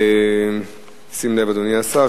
אדוני השר,